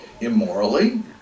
immorally